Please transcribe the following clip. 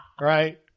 Right